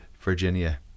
Virginia